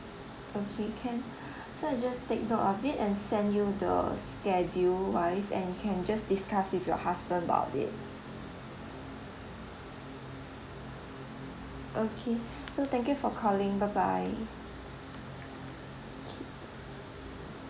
okay can so I just take note of it and send you the schedule wise and you can just discuss with your husband about it okay so thank you for calling bye bye okay